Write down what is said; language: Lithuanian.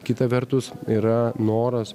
kita vertus yra noras